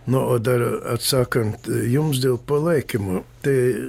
no o dar atsakant jums dėl palaikymo tai